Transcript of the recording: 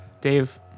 Dave